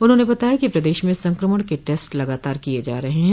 उन्होंने बताया कि प्रदेश में संक्रमण के टेस्ट लगातार किये जा रहे हैं